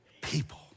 People